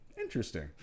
Interesting